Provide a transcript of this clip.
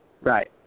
Right